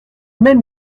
même